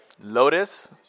Lotus